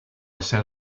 sat